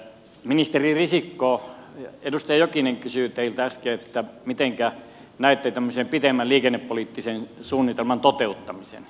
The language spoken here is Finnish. ministeri risikko edustaja jokinen kysyi teiltä äsken mitenkä näette tämmöisen pitemmän liikennepoliittisen suunnitelman toteuttamisen